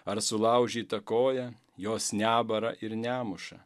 ar sulaužytą koją jos nebara ir nemuša